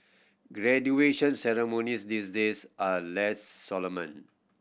graduation ceremonies these days are less solemn